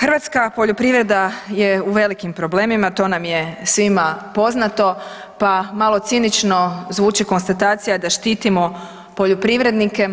Hrvatska poljoprivreda je u velikim problemima, to nam je svima poznato, pa malo cinično zvuči konstatacija da štitimo poljoprivrednike